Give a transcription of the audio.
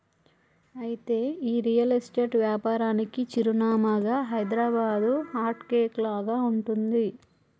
అయితే ఈ real estate వ్యాపారానికి చిరునామాగా హైదరాబాదు హార్ట్ కేక్ లాగా ఉంటుంది